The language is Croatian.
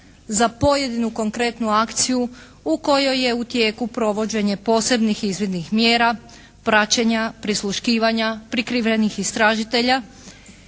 za pojedinu konkretnu akciju u kojoj je u tijeku provođenje posebnih izvidnih mjera, praćenja, prisluškivanja, prikrivenih istražitelja